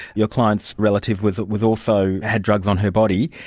your client's relative was was also, had drugs on her body,